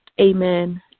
Amen